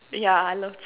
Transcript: yeah I love cheese